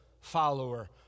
follower